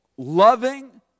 loving